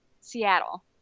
Seattle